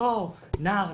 אותו נער,